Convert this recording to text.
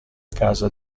casa